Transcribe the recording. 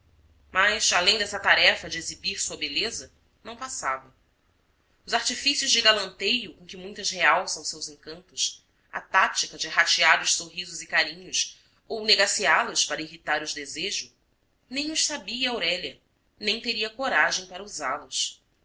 mas além dessa tarefa de exibir sua beleza não passava os artifí cios de galanteio com que muitas realçam seus encantos a tática de ratear os sorrisos e carinhos ou negaceá los para irritar o desejo nem os sabia aurélia nem teria coragem para usá los